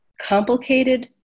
complicated